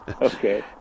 Okay